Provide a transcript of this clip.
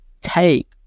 take